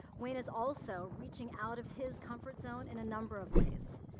wayne is also reaching out of his comfort zone in a number of ways.